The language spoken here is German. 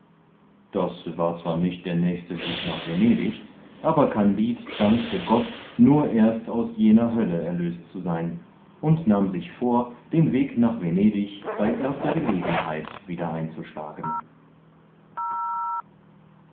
das war zwar nicht der nächste weg nach venedig aber kandid dankte gott nur erst aus jener hölle erlöst zu sein und nahm sich vor den weg nach venedig bei erster gelegenheit wieder einzuschlagen